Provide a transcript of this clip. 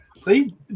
See